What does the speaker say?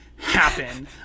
happen